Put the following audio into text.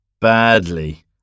Badly